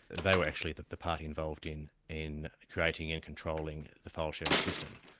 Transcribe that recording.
they were actually the the party involved in in creating and controlling the file-sharing system,